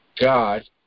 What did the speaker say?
God